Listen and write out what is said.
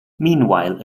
meanwhile